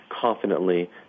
confidently